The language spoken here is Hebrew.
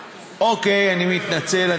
אוקיי, אני מתנצל.